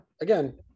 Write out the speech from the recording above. Again